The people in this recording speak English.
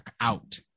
out